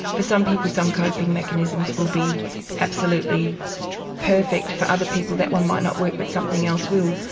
for some people some coping mechanisms will be absolutely perfect. for other people that one might not work, but something else will,